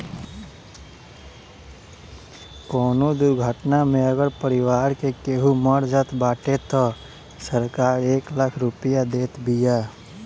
कवनो दुर्घटना में अगर परिवार के केहू मर जात बाटे तअ सरकार एक लाख रुपिया देत बिया